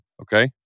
Okay